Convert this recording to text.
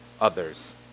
others